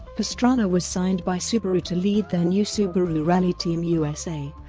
pastrana was signed by subaru to lead their new subaru rally team usa,